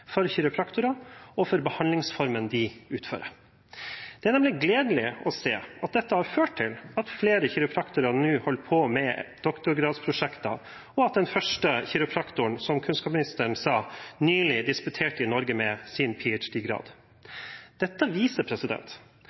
for kiropraktorer og for behandlingsformen de utfører. Det er nemlig gledelig å se at dette har ført til at flere kiropraktorer nå holder på med doktorgradsprosjekter, og at den første kiropraktoren, som kunnskapsministeren sa, nylig disputerte i Norge for sin ph.d.-grad. Dette viser